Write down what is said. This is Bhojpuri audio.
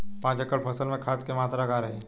पाँच एकड़ फसल में खाद के मात्रा का रही?